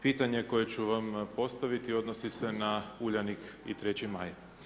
Pitanje koje ću vam postaviti odnosi se na Uljanik i 3. Maj.